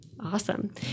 Awesome